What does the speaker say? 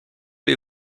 les